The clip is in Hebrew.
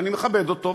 ואני מכבד אותו,